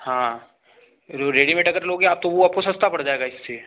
हाँ रेडीमेड अगर लोगे आप तो वह आपको सस्ता पड़ जाएगा इससे